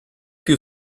più